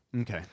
Okay